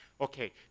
Okay